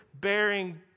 bearing